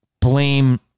blame